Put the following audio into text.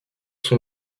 sont